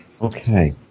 Okay